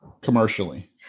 Commercially